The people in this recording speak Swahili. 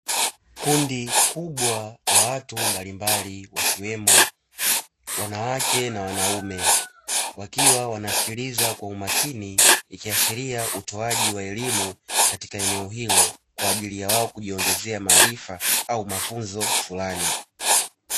Kundi kubwa la watu mbalimbali wakiwemo wanawake na wanaume, wakiwa wanasikiliza kwa umakini ikiashiria utoaji wa elimu katika eneo hilo, kwa ajili ya wao kujiongezea maarifa au mafunzo fulani.